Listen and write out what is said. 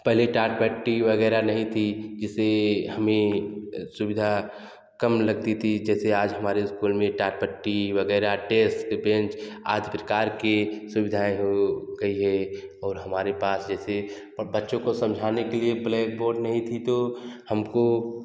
पहले टारपट्टी वग़ैरह नहीं थी जिससे हमें सुविधा कम लगती थी जैसे आज हमारे स्कूल में टारपट्टी वग़ैरह डेस्क बेंच हर प्रकार की सुविधाएं हो गई है और हमारे पास जैसे बच्चों को समझाने के लिए ब्लैकबोर्ड नहीं थी तो हम को